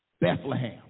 Bethlehem